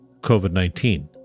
COVID-19